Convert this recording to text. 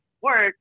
work